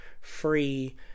free